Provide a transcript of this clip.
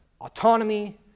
autonomy